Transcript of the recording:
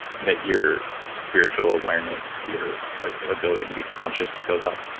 that your spiritual awareness, your ability to be conscious goes up?